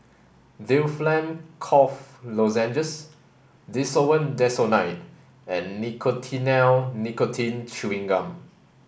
Difflam Cough Lozenges Desowen Desonide and Nicotinell Nicotine Chewing Gum